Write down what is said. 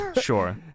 Sure